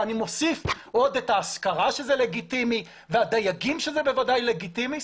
ואני מוסיף עוד את ההשכרה שזה לגיטימי והדייגים שזה בוודאי לגיטימי.